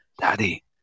Daddy